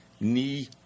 knee